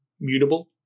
mutable